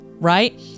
Right